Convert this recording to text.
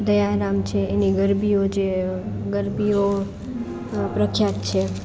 દયારામ છે એની ગરબીઓ જે ગરબીઓ પ્રખ્યાત છે